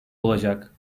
olacak